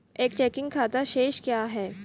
एक चेकिंग खाता शेष क्या है?